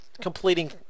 completing